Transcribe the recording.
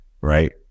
right